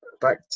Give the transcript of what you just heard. back